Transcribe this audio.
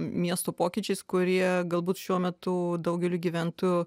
miesto pokyčiais kurie galbūt šiuo metu daugeliui gyventojų